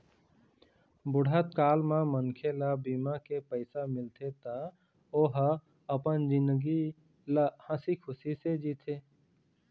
बुढ़त काल म मनखे ल बीमा के पइसा मिलथे त ओ ह अपन जिनगी ल हंसी खुसी ले जीथे